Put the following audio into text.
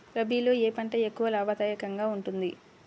రబీలో ఏ పంట ఎక్కువ లాభదాయకంగా ఉంటుంది?